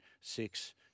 six